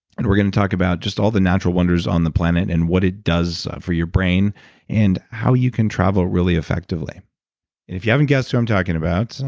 and we're going to talk about just all the natural wonders on the planet and what it does for your brain and how you can travel really effectively. and if you haven't guessed who i'm talking about,